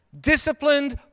Disciplined